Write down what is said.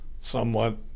somewhat